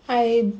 I